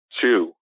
two